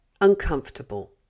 uncomfortable